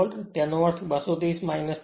તેનો અર્થ 230 40 0